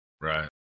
Right